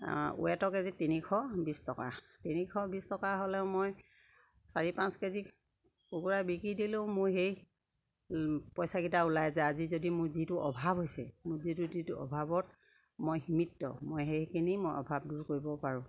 ৱেটৰ কেজিত তিনিশ বিছ টকা তিনিশ বিছ টকা হ'লেও মই চাৰি পাঁচ কেজি কুকুৰা বিকি দিলেও মোৰ সেই পইচাকিটা ওলাই যায় আজি যদি মোৰ যিটো অভাৱ হৈছে মোৰ যিটো যিটো অভাৱত মই সীমিত মই সেইখিনি মই অভাৱ দূৰ কৰিব পাৰোঁ